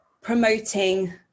promoting